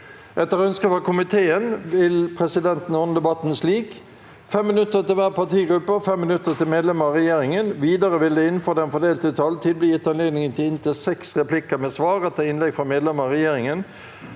forskningskomiteen vil presidenten ordne debatten slik: 3 minutter til hver partigruppe og 3 minutter til medlemmer av regjeringa. Videre vil det – innenfor den fordelte taletid – bli gitt anledning til inntil seks replikker med svar etter innlegg fra medlemmer av regjeringa,